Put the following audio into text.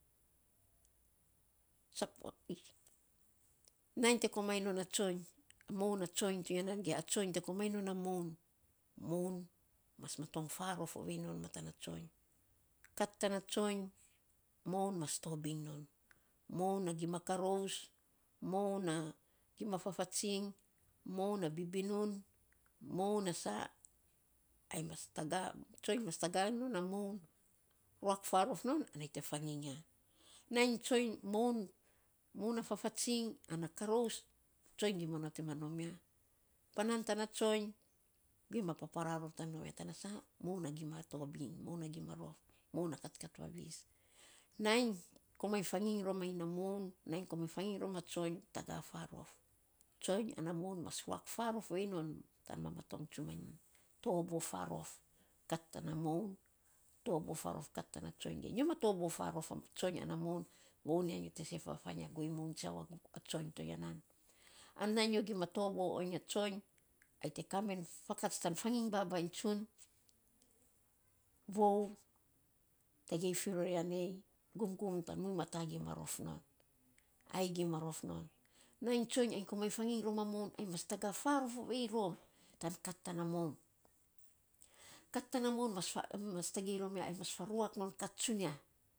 nainy te komainy non a tsoiny, moun a tsoiny to ya nan ge a tsoiny te komainy non a moun, moun mas matong farof ovei matana tsoiny. Kat tana tsoiny, moun mas tobiny non moun na gima karous, moun na gima fafatsiny, moun na bibinun, moun na sa, ai mas taga, tsoiny mas taga iny non na moun ruak farof non, ana yei te fanginy ya. Nainy tsoiny, moun moun na fafatsiny ana korous, tsoiny gima onot iny nom ya. Panaan tana tsoiny gima paparaa tan nom ya tana sa, moun na gima tabiny, moun na gima rof, moun na katkat vavis. Nainy komainy rom manyi na moun, nainy komainy fanginy rom a tsoiny, taga farof. Tsoiny ana moun mas ruak farof ovei moun tan mamatong tsumanyi. Tobo farof kat tana moun, tobo farof kat tana tsoiny ana moun, voun ya nyo te se fafainy a guei moun tsiau a tsoiny to ya nan. An nainy nyo gima tabo oiny a tsoiny, ana yei te kamen fakats tan fanginy babainy tsun, vou tagei fi ro ya nei, gumgum tan muiny mata gima rof non. Ai gima rof non. Nainy tsoiny ainy komainy fanginy rom a moun, ainy mas taga farof ovei rom tan kat tana moun. Kat tana moun tagei rom ya, ainy ma faruak non kat tsunia.